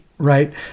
right